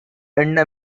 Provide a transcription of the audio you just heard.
எண்ண